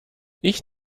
ich